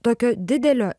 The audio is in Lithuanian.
tokio didelio